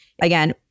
Again